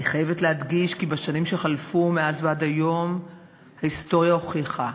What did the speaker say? אני חייבת להדגיש כי בשנים שחלפו מאז ועד היום ההיסטוריה הוכיחה